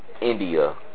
India